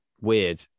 weird